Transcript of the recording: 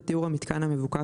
את תיאור המיתקן המבוקש,